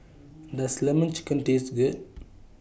Does Lemon Chicken Taste Good